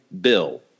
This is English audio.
bill